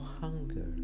hunger